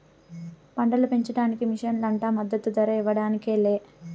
పంటలు పెంచడానికి మిషన్లు అంట మద్దదు ధర ఇవ్వడానికి లే